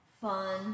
fun